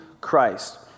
Christ